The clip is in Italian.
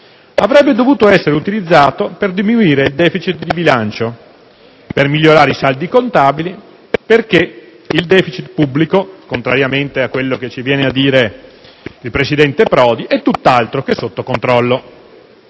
avrebbe dovuto essere utilizzato per diminuire il *deficit* di bilancio, per migliorare i saldi contabili, perché il *deficit* pubblico, contrariamente a quello che dice il presidente Prodi, è tutt'altro che sotto controllo.